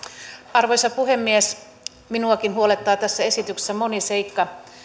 arvoisa puhemies minuakin huolettaa tässä esityksessä moni seikka